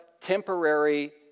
temporary